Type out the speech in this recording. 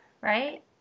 Right